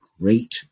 great